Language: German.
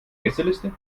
gästeliste